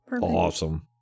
awesome